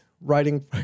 writing